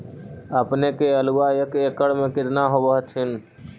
अपने के आलुआ एक एकड़ मे कितना होब होत्थिन?